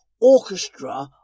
orchestra